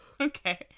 Okay